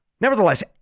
Nevertheless